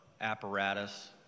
apparatus